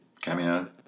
Cameo